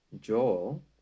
Joel